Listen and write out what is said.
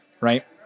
right